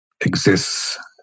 exists